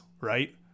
right